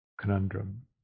conundrum